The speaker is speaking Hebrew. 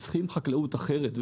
צריך חקלאות אחרת,